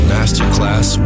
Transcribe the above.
Masterclass